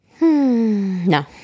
no